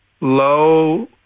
low